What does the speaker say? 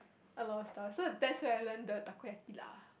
a lot of stuff so that's where I learn the Takoyaki lah